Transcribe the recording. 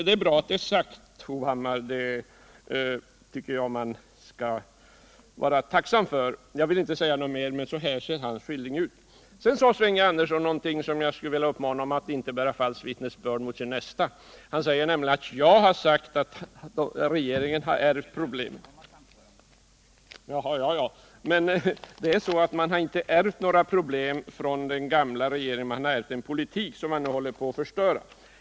Det är bra att det är sagt. Erik Hovhammar. Det tycker jag man skall vara tacksam för. Jag vill inte säga någonting mer om det. Sven G. Andersson sade någonting som gör att jag skulle vilja uppmana honom att inte bära falskt vittnesbörd mot sin nästa. Ffan sade nämligen att jag har sagt att regeringen har ärvt problemen. Man har inte ärvt några problem från den gamla regeringen, utan man har ärvt en politik som man nu håller på att förstöra.